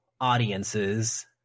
audiences